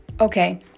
okay